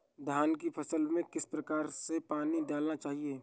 धान की फसल में किस प्रकार से पानी डालना चाहिए?